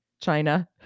China